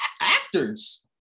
actors